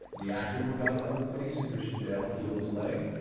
the actor moved on to other things, and christian bale healed his leg,